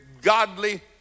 godly